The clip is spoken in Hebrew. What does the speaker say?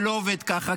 זה לא עובד ככה,